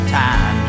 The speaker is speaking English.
time